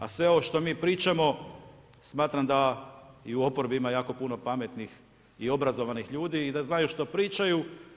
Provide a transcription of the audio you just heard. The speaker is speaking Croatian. A sve ovo što mi pričamo, smatram da i u oporbi ima jako puno pametnih i obrazovanih ljudi i da znaju što pričaju.